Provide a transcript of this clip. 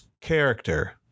character